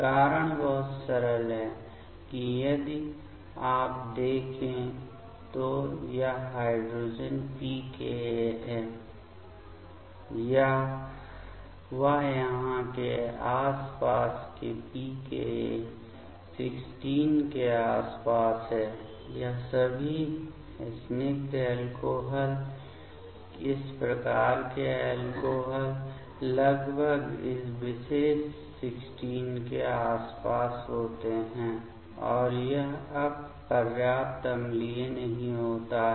कारण बहुत सरल है कि यदि आप देखें तो यह हाइड्रोजन pKa है वह यहाँ के आसपास है pKa 16 के आसपास है यह सभी स्निग्ध ऐल्कोहॉल इस प्रकार के ऐल्कोहॉल लगभग इस विशेष 16 के आस पास होते हैं और यह पर्याप्त अम्लीय नहीं होता है